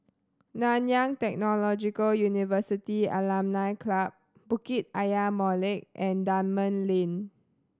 Nanyang Technological University Alumni Club Bukit Ayer Molek and Dunman Lane